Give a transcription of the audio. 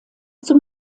zum